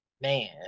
man